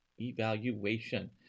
Evaluation